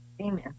Amen